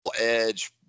edge